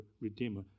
Redeemer